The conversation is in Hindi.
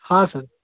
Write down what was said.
हाँ सर